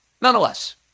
Nonetheless